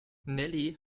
nelly